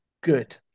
good